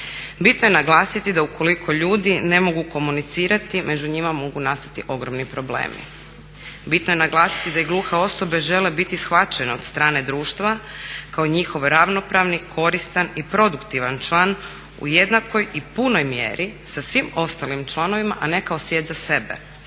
Bitno je naglasiti da ukoliko ljudi ne mogu komunicirati među njima mogu nastati ogromni problemi. Bitno je naglasiti da i gluhe osobe žele biti shvaćene od strane društva kao njihov ravnopravni, korisni i produktivan član u jednakoj i punoj mjeri sa svim ostalim članovima a ne kao svijet za sebe.